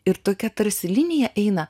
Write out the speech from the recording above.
ir tokia tarsi linija eina